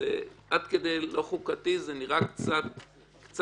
שעד כדי לא חוקתי זה נראה קצת רחוק.